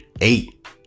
eight